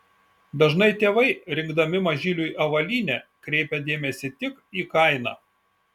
dažnai tėvai rinkdami mažyliui avalynę kreipia dėmesį tik į kainą